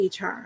HR